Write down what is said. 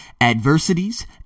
adversities